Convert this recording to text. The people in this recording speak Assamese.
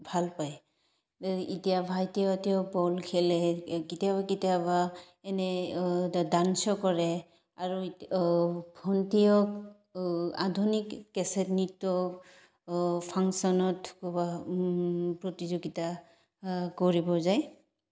ভাল পায় এতিয়া ভাইটিহঁতেও বল খেলে কেতিয়াবা কেতিয়াবা এনেই ডান্সো কৰে আৰু ভণ্টীয়ে আধুনিক কেছেট নৃত্য ফাংচনত কিবা প্ৰতিযোগিতা কৰিব যায়